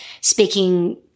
speaking